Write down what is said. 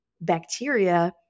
bacteria